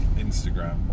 Instagram